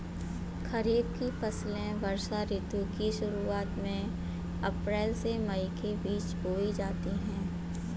खरीफ की फसलें वर्षा ऋतु की शुरुआत में अप्रैल से मई के बीच बोई जाती हैं